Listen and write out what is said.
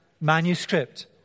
manuscript